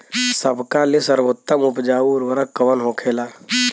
सबका ले सर्वोत्तम उपजाऊ उर्वरक कवन होखेला?